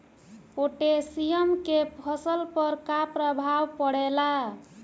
Potassium के फसल पर का प्रभाव पड़ेला?